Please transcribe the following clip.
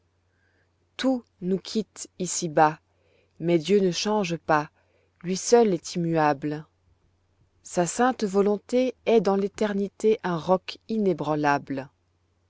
tout nous quitte ici bas mais dieu ne change pas lui seul est immuable sa sainte volonté est dans l'éternité un roc inébranlable